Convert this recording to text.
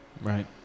right